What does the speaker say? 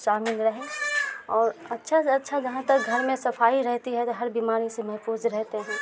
شامل رہے اور اچھا سے اچھا جہاں تک گھر میں صفائی رہتی ہے تو ہر بیماری سے محفوظ رہتے ہیں